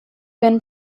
been